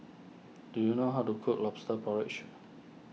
do you know how to cook Lobster Porridge